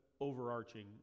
overarching